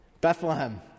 Bethlehem